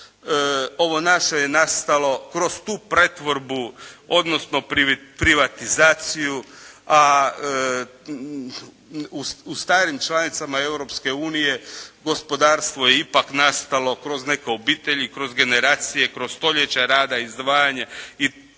ovo naše je nastalo kroz tu pretvorbu, odnosno privatizaciju, a u starim članicama Europske unije, gospodarstvo je ipak nastalo kroz neke obitelji, kroz generacije, kroz stoljeća rada, izdvajanja